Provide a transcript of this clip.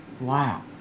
Wow